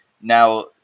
now